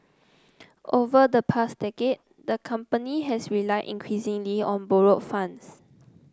over the past decade the company has relied increasingly on borrowed funds